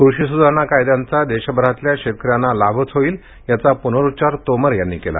कृषी सुधारणा कायद्यांचा देशभरातल्या शेतकऱ्यांना लाभच होईल याचा प्नरुच्चार तोमर यांनी केला